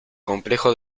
complejo